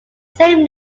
same